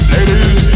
Ladies